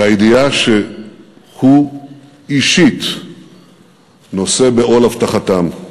והידיעה שהוא אישית נושא בעול הבטחתם.